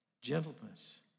Gentleness